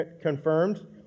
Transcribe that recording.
confirmed